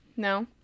No